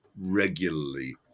regularly